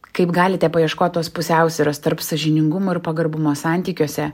kaip galite paieškot tos pusiausvyros tarp sąžiningumo ir pagarbumo santykiuose